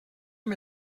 amb